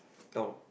oh